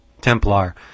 Templar